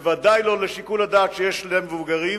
בוודאי אין לו שיקול הדעת שיש למבוגרים,